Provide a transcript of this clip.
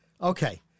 Okay